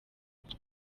music